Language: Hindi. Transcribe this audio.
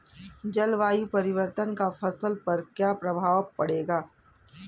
जलवायु परिवर्तन का फसल पर क्या प्रभाव पड़ेगा?